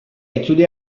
itzuli